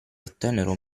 ottennero